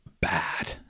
bad